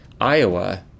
Iowa